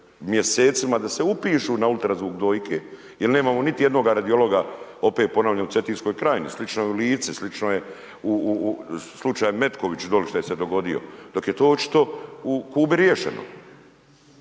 da se upišu na ultrazvuk dojke, jer nemamo niti jednoga radiologa, opet ponavljam u Cetinskoj krajini, slično je u Lici, slično je slučaj Metković dolje šta se je dogodio, dok je to očito u Kubi riješeno.